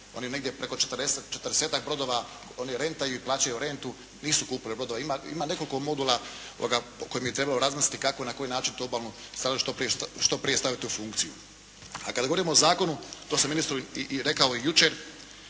Oni negdje preko 40-tak brodova oni rentaju i plaćaju rentu. Nisu kupili brodove. Ima nekoliko modula o kojima je trebalo razmisliti kako, na koji način tu Obalnu stražu što prije staviti u funkciju. A kada govorim o zakonu, to sam ministru rekao i jučer,